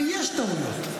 ויש טעויות,